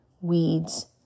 weeds